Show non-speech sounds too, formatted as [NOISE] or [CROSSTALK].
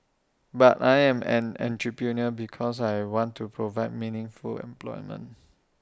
but I am an entrepreneur because I want to provide meaningful employment [NOISE]